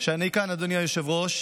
שאני כאן, אדוני היושב-ראש,